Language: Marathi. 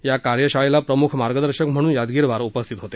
या कार्यशाळेला प्रम्ख मार्गदर्शक म्हणून यादगीरवार उपस्थित होते